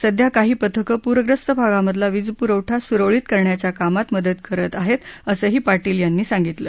सध्या काही पथकं पूरग्रस्त भागांमधला वीजपुरठा सुरळीत करण्याच्या कामात मदत करत आहेत असंही पाटील यांनी सांगितलं